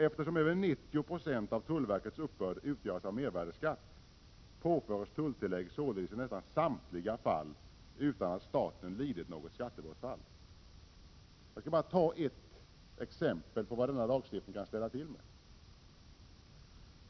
Eftersom över 90 96 av tullverkets uppbörd utgörs av mervärdeskatt, påförs tulltillägg således i nästan samtliga fall utan att staten lidit något skattebortfall. Jag skall bara ta ett exempel på vad denna lagstiftning kan ställa till med.